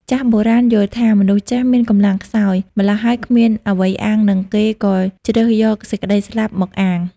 ចាស់បុរាណយល់ថា មនុស្សចាស់មានកម្លាំងខ្សោយ ម៉្លោះហើយគ្មានអ្វីអាងនឹងគេ ក៏ជ្រើសយកសេចក្ដីស្លាប់មកអាង ។